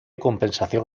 compensación